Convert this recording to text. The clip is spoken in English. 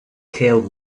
help